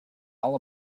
all